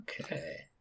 Okay